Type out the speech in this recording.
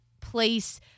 place